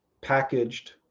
packaged